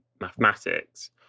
mathematics